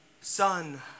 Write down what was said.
sun